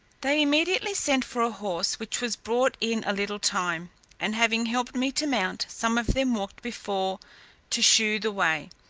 they immediately sent for a horse, which was brought in a little time and having helped me to mount, some of them walked before to shew the way,